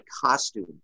costume